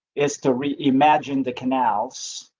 is to re, imagine the canals,